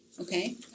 Okay